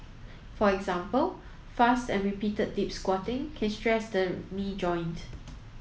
for example fast and repeated deep squatting can stress the knee joint